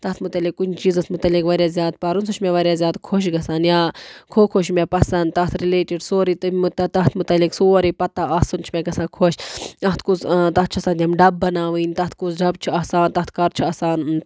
تَتھ مُتعلِق کُنہِ چیٖزَس مُتعلِق واریاہ زیادٕ پَرُن سُہ چھُ مےٚ واریاہ زیادٕ خۄش گژھان یا کھو کھو چھُ مےٚ پَسنٛد تَتھ رِلیٹِڈ سورُے تٔمۍ تَتھ مُتعلِق سورُے پَتہٕ آسُن چھُ مےٚ گژھان خۄش اَتھ کُس تَتھ چھِ آسان تِم ڈَبہٕ بَناوٕنۍ تَتھ کُس ڈَبہٕ چھُ آسان تَتھ کَر چھُ آسان